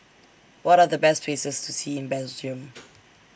What Are The Best Places to See in Belgium